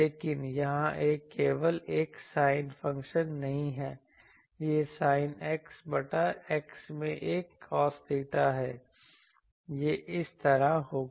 लेकिन यहां यह केवल एक sin फंक्शन नहीं है यह sin X बटा X में एक cos theta है यह इस तरह होगा